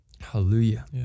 Hallelujah